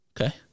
Okay